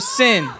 sin